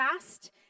fast